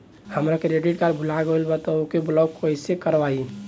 हमार credit card भुला गएल बा त ओके ब्लॉक कइसे करवाई?